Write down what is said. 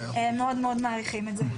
מאוד מאוד מעריכים את זה.